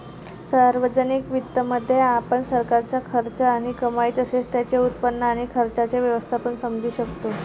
सार्वजनिक वित्तामध्ये, आपण सरकारचा खर्च आणि कमाई तसेच त्याचे उत्पन्न आणि खर्चाचे व्यवस्थापन समजू शकतो